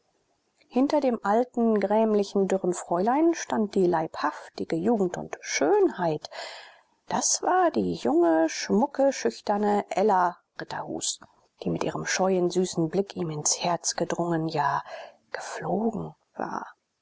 hinter dem alten grämlichen dürren fräulein stand die leibhaftige jugend und schönheit das war die junge schmucke schüchterne ella ritterhus die mit ihrem scheuen süßen blick ihm ins herz gedrungen ja geflogen war